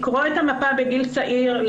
כדי לקרוא את המפה בגיל צעיר,